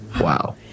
Wow